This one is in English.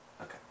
Okay